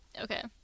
Okay